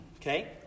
okay